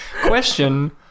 Question